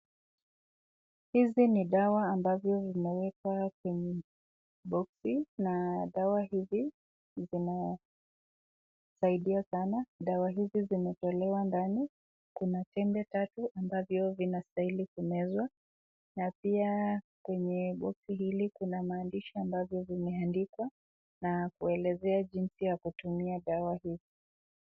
Hizi ni dawa ambazo zumeweza kuwekwa kwenye boksi , na dawa hizi zinasaidia sana , dawa hizi zimetolewa ndani, kuna tembe tatu ambavyo zinastahili kumezwa, na pia kwenye boksi hili kuna maandishi ambavyo vimeandikwa na kuelezea jinsi ya kutumia dawa hizi.